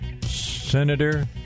Senator